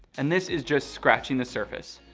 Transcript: and this is just scratching the surface,